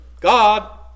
God